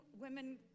women